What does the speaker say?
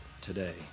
today